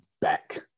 back